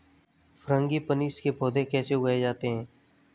Frangipanis के पौधे कैसे उगाए जाते हैं?